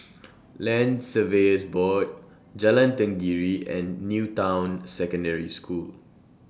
Land Surveyors Board Jalan Tenggiri and New Town Secondary School